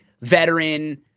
veteran